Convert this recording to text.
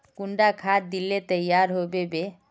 कुंडा खाद दिले तैयार होबे बे?